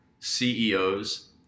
CEOs